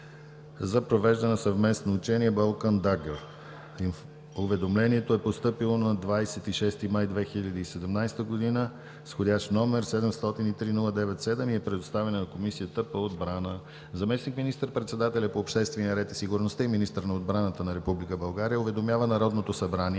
за провеждане на съвместно учение „Болкан тайгър“. Уведомлението е постъпило на 26 май 2017 г. с вх. № 703-09-7 и е предоставено на Комисията по отбрана. Заместник министър-председателят по обществения ред и сигурността и министър на отбраната на Република България уведомява Народното събрание,